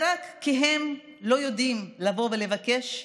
ורק הם לא יודעים לבוא ולבקש.